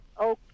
Okay